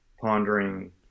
pondering